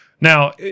Now